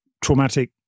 traumatic